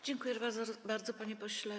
Dziękuję bardzo, panie pośle.